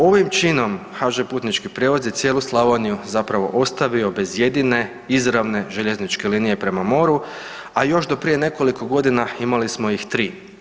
Ovim činom HŽ putnički prijevoz je cijelu Slavoniju zapravo ostavio bez jedine izravne željezničke linije prema moru, a još do prije nekoliko godina imali smo ih tri.